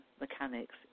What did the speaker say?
mechanics